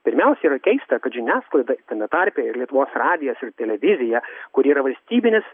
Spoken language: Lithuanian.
pirmiausia yra keista kad žiniasklaida ir tame tarpe ir lietuvos radijas ir televizija kuri yra valstybinis